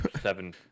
seven